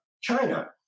China